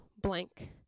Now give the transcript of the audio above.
blank